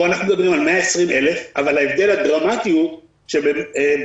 פה אנחנו מדברים על 120,000. אבל ההבדל